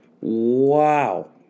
Wow